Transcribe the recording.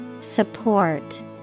Support